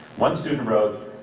one student wrote,